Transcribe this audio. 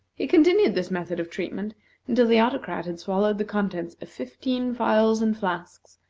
he continued this method of treatment until the autocrat had swallowed the contents of fifteen phials and flasks,